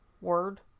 Word